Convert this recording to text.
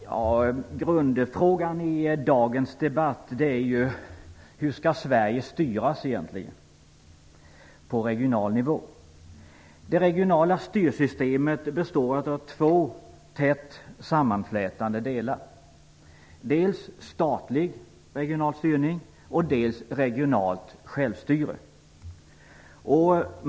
Fru talman! Grundfrågan i dagens debatt är: Hur skall Sverige egentligen styras på regional nivå? Det regionala styrsystemet består av två tätt sammanflätade delar: dels statlig regional styrning, dels regionalt självstyre.